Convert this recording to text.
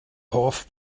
hoff